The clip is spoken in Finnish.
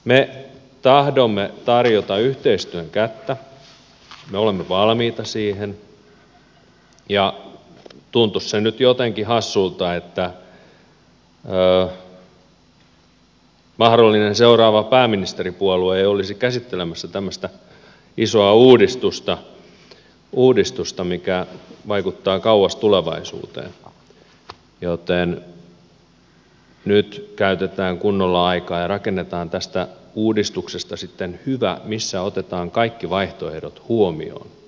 me tahdomme tarjota yhteistyön kättä me olemme valmiita siihen ja tuntuisi se nyt jotenkin hassulta että mahdollinen seuraava pääministeripuolue ei olisi käsittelemässä tämmöistä isoa uudistusta mikä vaikuttaa kauas tulevaisuuteen joten käytetään nyt kunnolla aikaa ja rakennetaan tästä sitten hyvä uudistus missä otetaan kaikki vaihtoehdot huomioon